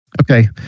Okay